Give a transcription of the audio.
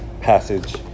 passage